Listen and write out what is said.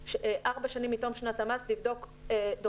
ארבע שנים מתום שנת המס לבדוק דוחות.